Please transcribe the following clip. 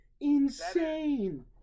Insane